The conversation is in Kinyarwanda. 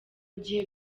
gihe